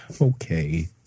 Okay